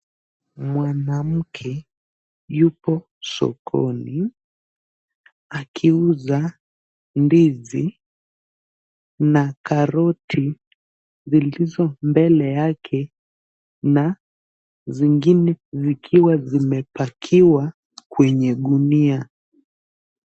Mwanamke yupo sokoni akiuza ndizi na karoti zilizo mbele yake na zingine vikiwa vimepakiwa kwenye gunia.